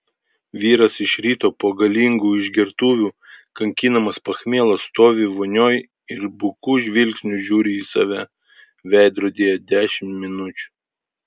vyras iš ryto po galingų išgertuvių kankinamas pachmielo stovi vonioj ir buku žvilgsniu žiūri į save veidrodyje dešimt minučių